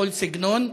בכל סגנון.